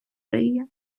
риє